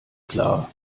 klar